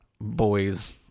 boys